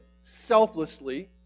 selflessly